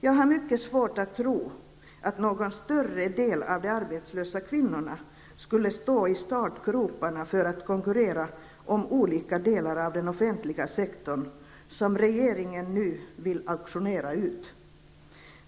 Jag har mycket svårt att tro att någon större del av de arbetslösa kvinnorna skulle ligga i startgroparna för att konkurrera om olika delar av den offentliga sektorn som regeringen nu vill auktionera bort.